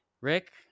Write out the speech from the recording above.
Rick